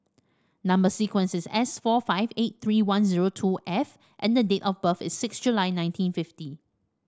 number sequence is S four five eight three one zero two F and the date of birth is six July nineteen fifty